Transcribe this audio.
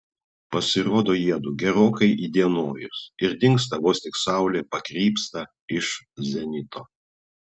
pasirodo jiedu gerokai įdienojus ir dingsta vos tik saulė pakrypsta iš zenito